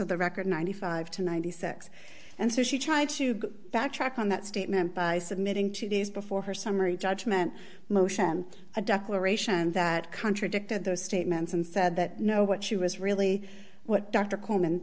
of the record ninety five to ninety six and so she tried to get back track on that statement by submitting two days before her summary judgment motion a declaration that contradicted those statements and said that no what she was really what dr coleman